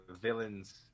villains